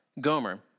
Gomer